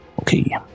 Okay